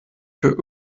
für